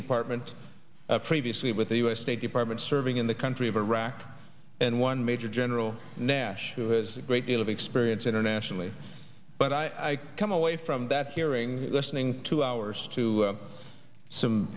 department previously with the u s state department serving in the country of iraq and one major general nash who has a great deal of experience internationally but i come away from that hearing listening to hours to some